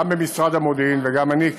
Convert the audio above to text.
גם במשרד המודיעין וגם אני,